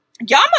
y'all